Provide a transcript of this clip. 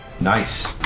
Nice